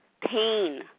pain